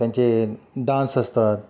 त्यांचे डान्स असतात